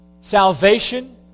Salvation